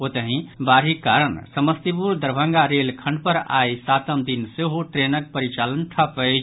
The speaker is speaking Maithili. ओतहि बाढ़िक कारण समस्तीपुर दरभंगा रेल खंड पर आई सातम दिन सेहो ट्रेनक परिचालन ठप अछि